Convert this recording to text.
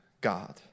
God